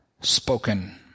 spoken